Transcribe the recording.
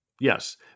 Yes